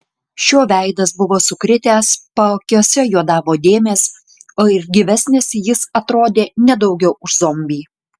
šio veidas buvo sukritęs paakiuose juodavo dėmės o ir gyvesnis jis atrodė ne daugiau už zombį